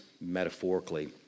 metaphorically